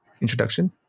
introduction